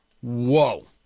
whoa